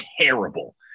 terrible